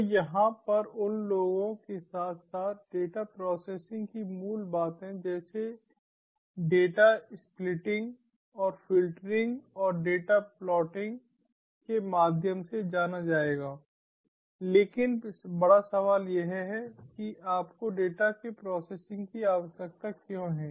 तो यहां पर उन लोगों के साथ साथ डेटा प्रोसेसिंग की मूल बातें जैसे डेटा स्प्लिटिंग और फ़िल्टरिंग और डेटा प्लॉटिंग के माध्यम से जाना जाएगा लेकिन बड़ा सवाल यह है कि आपको डेटा के प्रोसेसिंग की आवश्यकता क्यों है